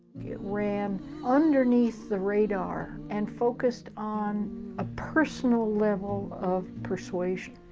ran underneath the radar and focused on a personal level of persuasion.